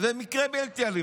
וקרא למרי בלתי אלים.